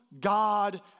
God